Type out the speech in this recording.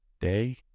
day